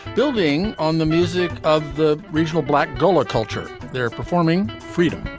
building on the music of the regional black gullah culture there performing freedom.